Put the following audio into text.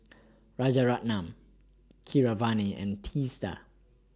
Rajaratnam Keeravani and Teesta